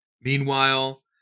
Meanwhile